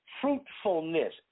fruitfulness